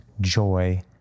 Joy